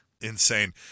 Insane